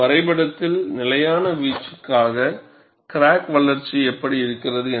ஒரு வரைபடத்தில் நிலையான வீச்சுக்காக கிராக் வளர்ச்சி எப்படி இருக்கிறது